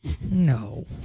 No